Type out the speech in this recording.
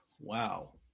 wow